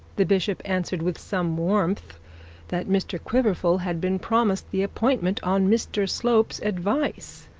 the bishop answered with some warmth that mr quiverful had been promised the appointment on mr slope's advice.